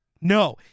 No